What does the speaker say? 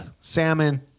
salmon